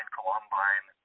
Columbine